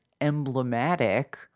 emblematic